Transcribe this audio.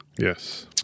Yes